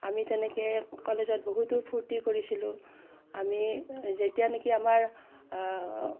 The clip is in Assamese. আমি তেনেকৈ কলেজত বহুতো ফূৰ্তি কৰিছিলোঁ আমি যেতিয়া নেকি আমাৰ